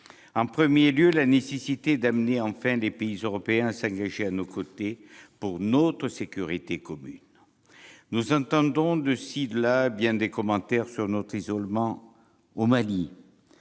En premier lieu, il est nécessaire d'amener enfin les pays européens à s'engager à nos côtés, pour notre sécurité commune. Nous entendons, de-ci de-là, bien des commentaires sur notre isolement au Mali.